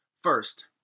First